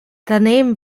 daneben